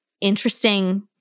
interesting